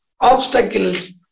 obstacles